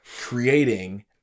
creating